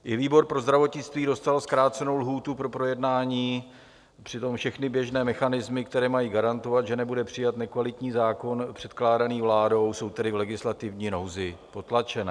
I výbor pro zdravotnictví dostal zkrácenou lhůtu pro projednání, přitom všechny běžné mechanismy, které mají garantovat, že nebude přijat nekvalitní zákon předkládaný vládou, jsou tedy v legislativní nouzi potlačené.